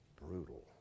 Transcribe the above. brutal